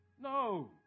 No